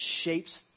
shapes